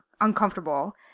uncomfortable